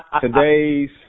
today's